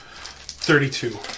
Thirty-two